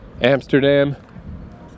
Amsterdam